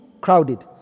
crowded